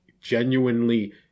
genuinely